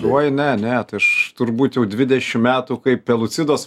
uoj ne ne aš turbūt jau dvidešim metų kaip pelucidos